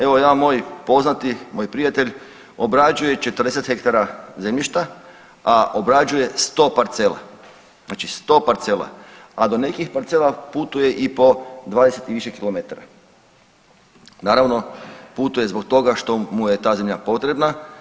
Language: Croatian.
Evo jedan moj poznati, moj prijatelj obrađuje 40 hektara zemljišta, a obrađuje 100 parcela, znači 100 parcela, a do nekih parcela putuje i po 20 i više kilometara, naravno putuje zbog toga što mu je ta zemlja potrebna.